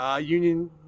Union